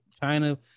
China